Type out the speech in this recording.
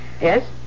Yes